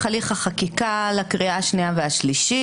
הליך החקיקה לקריאה השנייה והשלישית.